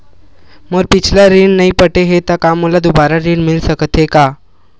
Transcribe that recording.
मोर पिछला ऋण नइ पटे हे त का मोला दुबारा ऋण मिल सकथे का?